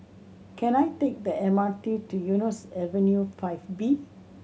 can I take the M R T to Eunos Avenue Five B